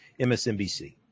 MSNBC